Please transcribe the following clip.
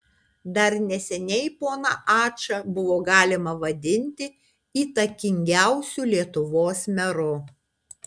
dar neseniai poną ačą buvo galima vadinti įtakingiausiu lietuvos meru